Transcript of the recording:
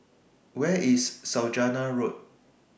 Where IS Saujana Road